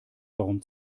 warum